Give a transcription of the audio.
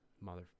Mother